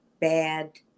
bad